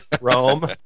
Rome